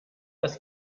das